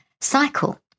cycle